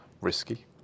risky